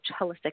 holistic